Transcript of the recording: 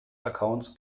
accounts